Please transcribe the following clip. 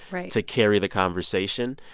right. to carry the conversation.